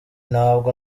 ntabwo